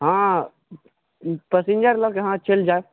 हँ पसिंजर लऽके अहाँ चलि जायब